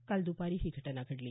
काल द्पारी ही घटना घडली